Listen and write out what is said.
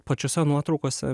pačiose nuotraukose